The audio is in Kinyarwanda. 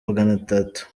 maganatatu